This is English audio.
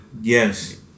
Yes